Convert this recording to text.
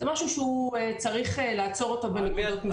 זה משהו שצריך לעצור אותו בנקודות מסוימות.